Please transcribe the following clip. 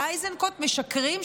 ואיזנקוט משקרים?